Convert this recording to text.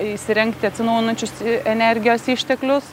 įsirengti atsinaujinančius energijos išteklius